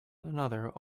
another